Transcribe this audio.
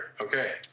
Okay